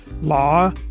law